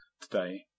today